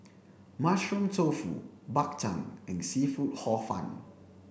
mushroom tofu Bak Bhang and seafood hor fun